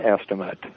estimate